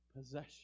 possession